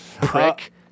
Prick